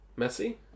messy